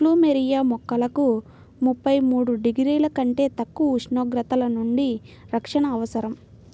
plumeria మొక్కలకు ముప్పై మూడు డిగ్రీల కంటే తక్కువ ఉష్ణోగ్రతల నుండి రక్షణ అవసరం